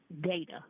data